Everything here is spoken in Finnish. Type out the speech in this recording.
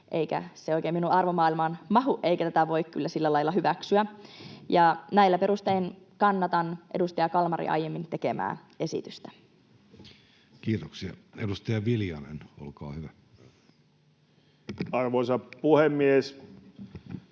eikä se oikein minun arvomaailmaani mahdu, eikä tätä voi kyllä sillä lailla hyväksyä. Ja näillä perustein kannatan edustaja Kalmarin aiemmin tekemää esitystä. [Speech 148] Speaker: Jussi